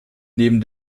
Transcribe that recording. neben